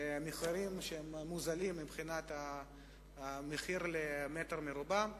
במחירים מוזלים מבחינת המחיר למטר מרובע.